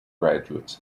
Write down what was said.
graduates